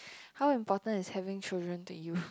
how important is having children to you